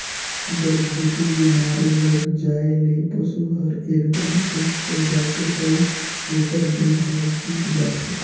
गलघोंटू बेमारी लग जाये ले पसु हर एकदम सुस्त होय जाथे अउ ओकर देह हर धीप जाथे